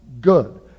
good